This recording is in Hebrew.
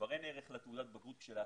כבר אין ערך לתעודת הבגרות כשלעצמה.